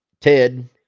Ted